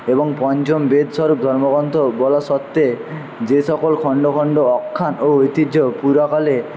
এবং পঞ্চম বেদ স্বরূপ ধর্মগ্রন্থ বলা সত্ত্বে যে সকল খণ্ড খণ্ড আখ্যান ও ঐতিহ্য পুরাকালে